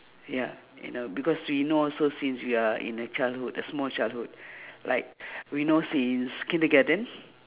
ya you know because we know also since we are in the childhood small childhood like we know since kindergarten